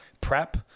prep